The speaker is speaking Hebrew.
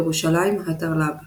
ירושלים ה'תרל"ב